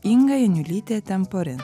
inga janiulytė temporin